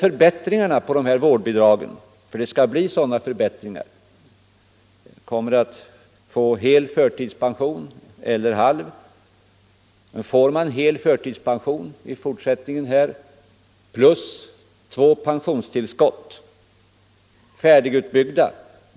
Förbättringar av vårdbidragen skall komma till stånd. Vårdbidrag skall kunna utgå med belopp motsvarande hel eller halv förtidspension plus två pensionstillskott.